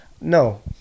No